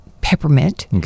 peppermint